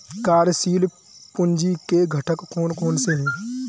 कार्यशील पूंजी के घटक कौन कौन से हैं?